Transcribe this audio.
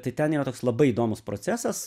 tai ten jau toks labai įdomus procesas